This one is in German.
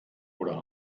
oder